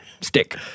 stick